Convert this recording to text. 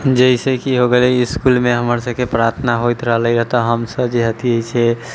जइसे कि हो गेलै इसकुलमे हमर सभकेँ प्रार्थना होइत रहलैया तऽ हम सभ जे हतहि से